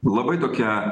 labai tokia